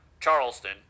Charleston